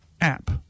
app